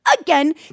again